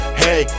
hey